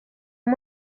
uyu